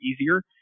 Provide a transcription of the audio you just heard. easier